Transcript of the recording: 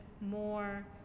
more